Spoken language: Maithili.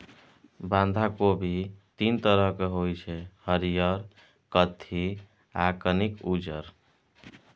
बंधा कोबी तीन तरहक होइ छै हरियर, कत्थी आ कनिक उज्जर